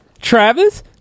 Travis